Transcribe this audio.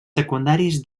secundaris